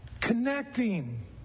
connecting